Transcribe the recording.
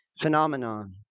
phenomenon